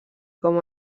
com